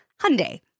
Hyundai